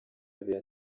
abiri